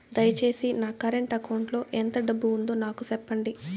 దయచేసి నా current account లో ఎంత డబ్బు ఉందో నాకు సెప్పండి